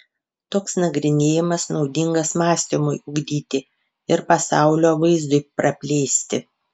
toks nagrinėjimas naudingas mąstymui ugdyti ir pasaulio vaizdui praplėsti